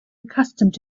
accustomed